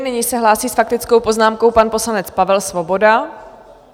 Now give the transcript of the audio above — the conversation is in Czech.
Nyní se hlásí s faktickou poznámkou pan poslanec Pavel Svoboda.